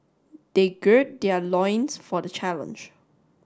they gird their loins for the challenge